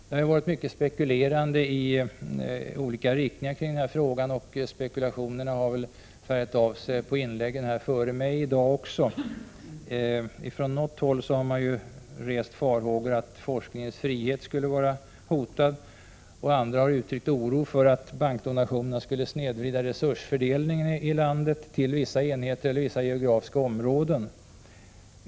Det har spekulerats i olika riktningar, och spekulationerna har färgat av sig också på de föregående inläggen i dag. Från något håll har man rest farhågor för att forskningens frihet skulle vara hotad. Andra har uttryckt oro för att bankdonationerna skulle snedvrida resursfördelningen i landet till vissa enheter eller vissa geografiska områden.